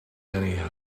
anyhow